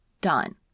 done